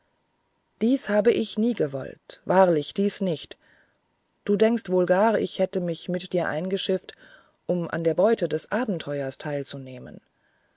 dies habe ich nie gewollt wahrlich dies nicht du denkst wohl gar ich hätte mich mit dir eingeschifft um an der beute des abenteuers teilzunehmen